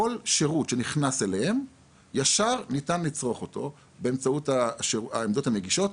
כל שירות שנכנס אליהם ישר ניתן לצרוך אותו באמצעות העמדות הנגישות,